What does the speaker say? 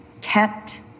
kept